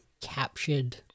captured